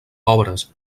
pobres